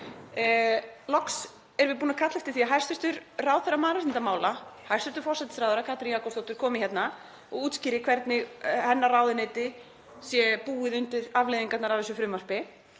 Loks erum við búin að kalla eftir því að hæstv. ráðherra mannréttindamála, hæstv. forsætisráðherra Katrín Jakobsdóttir, komi hingað og útskýri hvernig hennar ráðuneyti sé búið undir afleiðingarnar af þessu frumvarpi.